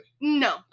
No